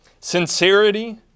sincerity